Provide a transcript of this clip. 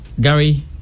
Gary